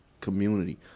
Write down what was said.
community